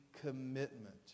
commitment